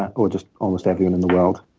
or just almost everyone in the world.